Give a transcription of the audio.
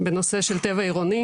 בנושא של טבע עירוני,